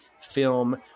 film